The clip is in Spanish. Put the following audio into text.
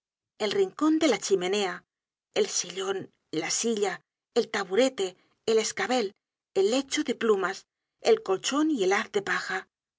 el rincon de la chimenea el sillon la silla el taburete el escabel el lecho de plumas el colchon y el haz de paja